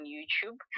YouTube